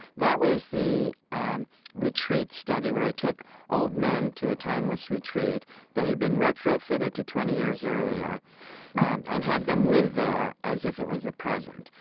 that was the um retreat study where i took old men to a timeless retreat that had been retrofitted to twenty years earlier and and had them live there as if it was the present,